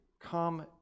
come